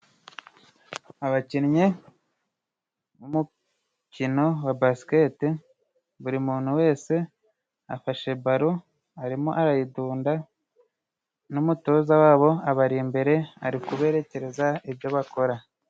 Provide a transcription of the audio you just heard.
Abakinnyi b'umukino wa basiketi. Buri muntu wese afashe baro arimo arayidunda, n'umutoza wabo abari imbere, ari kuberekereza ibyo bakora.